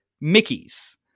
Mickey's